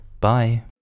Bye